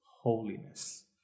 holiness